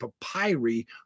papyri